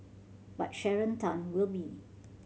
but Sharon Tan will be